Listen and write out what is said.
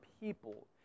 people